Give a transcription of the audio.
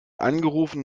angerufen